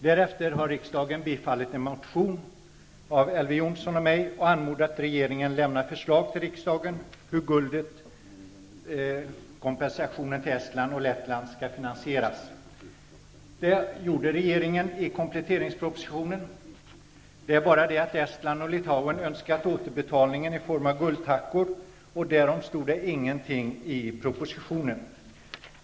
Därefter har riksdagen bifallit en motion av Elver Jonsson och mig och anmodat regeringen att lämna förslag till riksdagen om hur kompensationen till Estland och Litauen skall finansieras. Det gjorde regeringen i kompletteringspropositionen. Det är bara det att Estland och Litauen önskat återbetalningen i guldtackor, och därom stod det ingenting i propositionen.